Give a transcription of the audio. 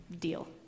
deal